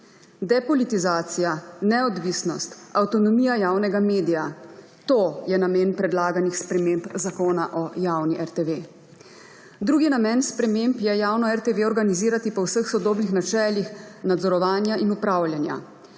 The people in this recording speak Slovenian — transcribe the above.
Depolitizacija, neodvisnost, avtonomija javnega medija, to je namen predlaganih sprememb zakona o javni RTV. Drugi namen sprememb je javno RTV organizirati po vseh sodobnih načelih nadzorovanja in upravljanja.